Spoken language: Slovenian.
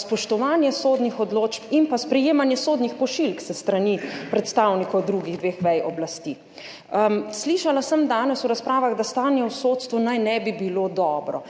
spoštovanje sodnih odločb in pa sprejemanje sodnih pošiljk s strani predstavnikov drugih dveh vej oblasti. Danes sem v razpravah slišala, da stanje v sodstvu naj ne bi bilo dobro.